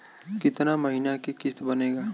कितना महीना के किस्त बनेगा?